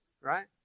right